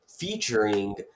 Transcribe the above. featuring